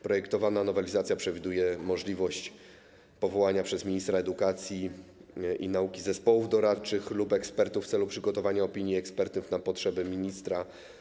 Projektowana nowelizacja przewiduje możliwość powołania przez ministra edukacji i nauki zespołów doradczych lub ekspertów w celu przygotowania opinii ekspertów na potrzeby ministra.